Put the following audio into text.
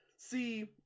See